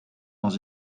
dans